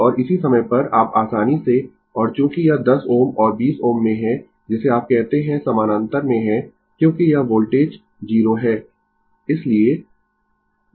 और इसी समय पर आप आसानी से और चूँकि यह 10 Ω और 20 Ω में है जिसे आप कहते है समानांतर में है क्योंकि यह वोल्टेज 0 है